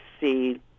see